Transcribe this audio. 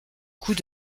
coup